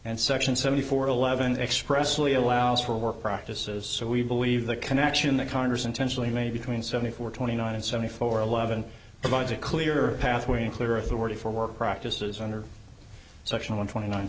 and section seven hundred eleven expressly allows for work practices so we believe the connection that congress intentionally made between seventy four twenty nine and seventy four eleven provides a clear pathway in clear authority for work practices under section one twenty nine